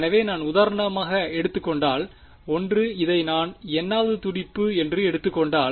எனவே நான் உதாரணமாக எடுத்துக் கொண்டால் 1 இதை நான் n வது துடிப்பு என்று எடுத்துக் கொண்டால்